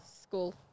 school